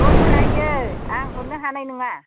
लस जायो आं हरनो हानाय नङा